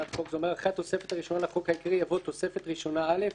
אחרי התוספת הראשונה לחוק העיקרי יבוא: תוספת ראשונה א'"